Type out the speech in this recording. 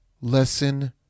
lesson